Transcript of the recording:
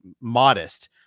modest